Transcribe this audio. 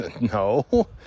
No